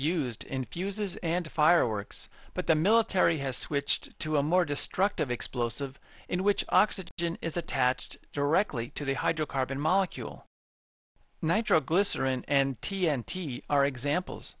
used in fuses and fireworks but the military has switched to a more destructive explosive in which oxygen is attached directly to the hydrocarbon molecule nitroglycerin and t n t are examples